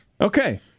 Okay